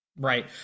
Right